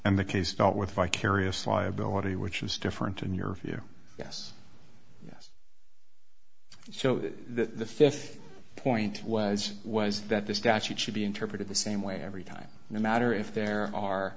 and the case dealt with vicarious liability which was different in your view yes so the fifth point was was that the statute should be interpreted the same way every time no matter if there are